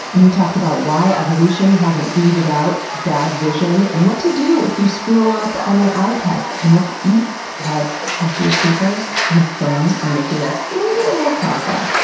and we talked about why evolution hasn't weeded out bad vision, and what to do if you screw up on your eye tests, and what to eat to have healthier peepers, and if phones are making us maybe a little cross eyed.